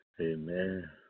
Amen